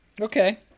Okay